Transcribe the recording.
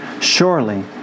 Surely